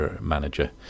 manager